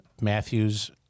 Matthew's